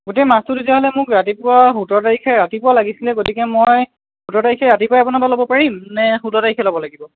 গোটেই মাছটো তেতিয়াহ'লে মোক ৰাতিপুৱা সোতৰ তাৰিখে ৰাতিপুৱা লাগিছিল গতিকে মই সোতৰ তাৰিখে ৰাতিপুৱাই আপোনাৰ পৰা ল'ব পাৰিম নে ষোল্ল তাৰিখে ল'ব লাগিব